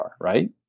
right